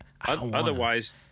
otherwise